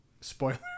spoiler